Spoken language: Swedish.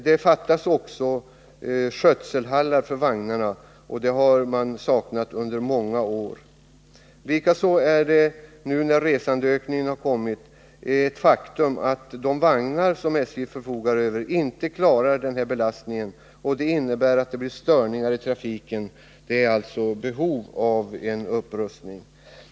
Det fattas också skötselhallar för vagnarna. Sådana hallar har man saknat i många år. Likaså är det nu, när resandeökningen kommit, ett faktum att de vagnar SJ förfogar över inte klarar belastningen. Det innebär störningar i trafiken. Det finns alltså behov av en upprustning.